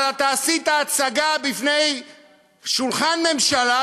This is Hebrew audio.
אבל אתה עשית הצגה בשולחן ממשלה,